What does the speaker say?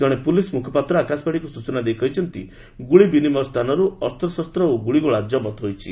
ଜଣେ ପୁଲିସ ମୁଖପାତ୍ର ଆକାଶବାଣୀକୁ ସୂଚନା ଦେଇ କହିଛନ୍ତି ଗୁଳି ବିନିମୟ ସ୍ଥାନରୁ ଅସ୍ତ୍ରଶସ୍ତ ଓ ଗୁଳିଗୋଳା ଜବତ ହୋଇଛି